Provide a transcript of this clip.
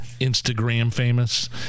Instagram-famous